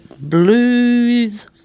Blues